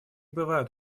бывают